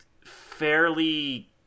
Fairly